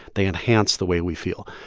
they enhance the way we feel.